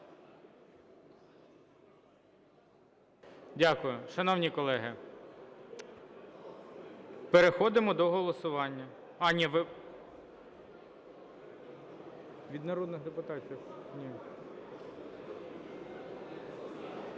зали. Шановні колеги, переходимо до голосування.